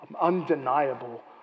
undeniable